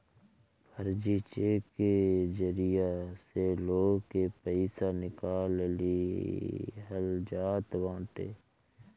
फर्जी चेक के जरिया से लोग के पईसा निकाल लिहल जात बाटे